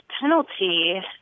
penalty